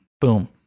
boom